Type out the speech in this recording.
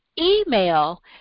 email